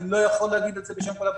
אני לא יכול להגיד את זה בשם כל הבנקים.